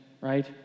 right